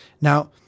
Now